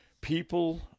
people